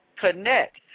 connect